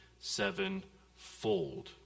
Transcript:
sevenfold